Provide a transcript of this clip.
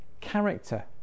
character